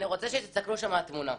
אני רוצה שתסתכלו שם על התמונה.